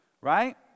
right